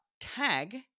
Tag